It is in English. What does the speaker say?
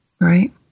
right